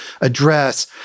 address